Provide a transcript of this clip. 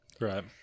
Right